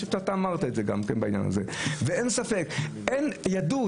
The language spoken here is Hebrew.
אין ספק, הם ידעו.